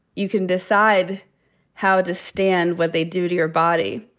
you can decide how to stand what they do to your body.